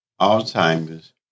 Alzheimer's